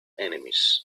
enemies